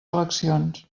eleccions